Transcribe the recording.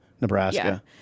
Nebraska